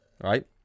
right